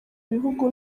bihugu